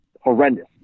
horrendous